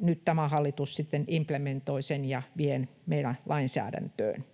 nyt tämä hallitus sitten implementoi sen ja vie meidän lainsäädäntöön.